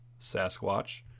Sasquatch